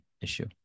issue